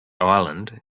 island